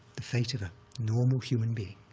the fate of a normal human being.